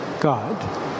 God